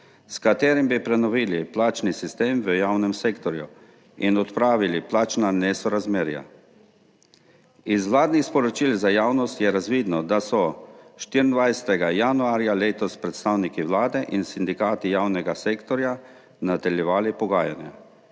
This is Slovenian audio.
s katerim bi prenovili plačni sistem v javnem sektorju in odpravili plačna nesorazmerja. Iz vladnih sporočil za javnost je razvidno, da so 24. januarja letos predstavniki vlade in sindikati javnega sektorja nadaljevali pogajanja.